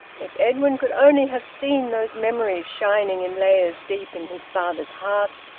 if edwin could only have seen those memories, shining in layers deep in his father's heart,